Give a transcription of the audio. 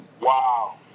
Wow